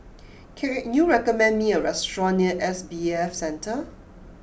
can it you recommend me a restaurant near S B F Centre